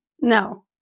No